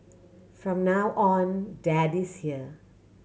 from now on dad is here